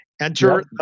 Enter